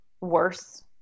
worse